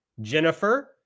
Jennifer